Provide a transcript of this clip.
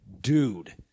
dude